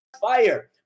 fire